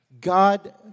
God